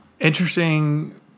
Interesting